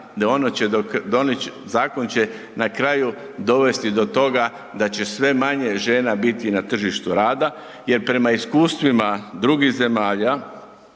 žena, zakon će na kraju dovesti do toga da će sve manje žena biti na tržištu rada jer prema iskustvima drugih zemalja